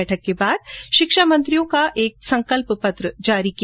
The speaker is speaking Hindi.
बैठक के बाद शिक्षामंत्रियों ने एक संकल्प पत्र जारी किया